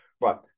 Right